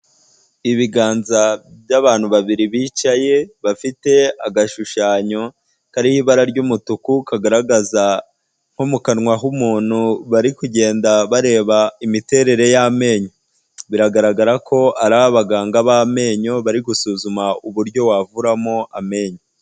iIbiganza by'abantu babiri bicaye, bafite agashushanyo kariho ibara ry'umutuku, kagaragaza nko mu kanwa h'umuntu bari kugenda bareba imiterere y'amenyo. Biragaragara ko ari abaganga b'amenyo, bari gusuzuma uburyo wavuramo amenyo.